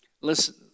Listen